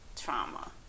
trauma